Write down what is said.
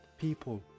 people